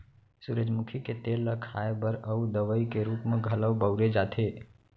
सूरजमुखी के तेल ल खाए बर अउ दवइ के रूप म घलौ बउरे जाथे